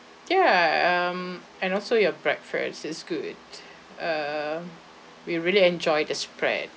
ya um and also your breakfast is good err we really enjoyed the spread